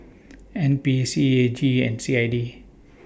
N P C A G and C I D